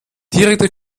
direkte